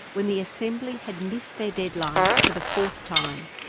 when the assembly had missed their deadline for the fourth time,